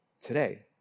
today